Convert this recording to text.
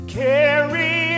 carry